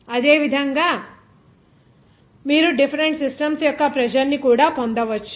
అదేవిధంగా అదే విధంగా మీరు డిఫెరెంట్ సిస్టమ్స్ యొక్క ప్రెజర్ ను కూడా పొందవచ్చు